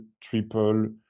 triple